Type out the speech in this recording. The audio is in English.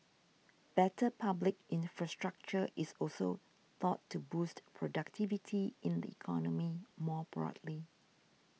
better public infrastructure is also thought to boost productivity in the economy more broadly